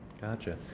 gotcha